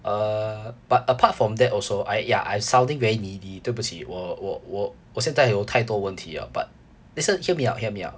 err but apart from that also I ya I'm sounding very needy 对不起我我我我现在有太多问题 ah but listen hear me out hear me out